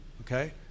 Okay